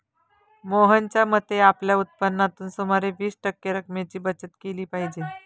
मोहनच्या मते, आपल्या उत्पन्नातून सुमारे वीस टक्के रक्कमेची बचत केली पाहिजे